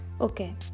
okay